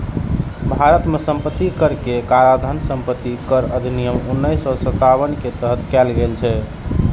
भारत मे संपत्ति कर के काराधान संपत्ति कर अधिनियम उन्नैस सय सत्तावन के तहत कैल गेल छै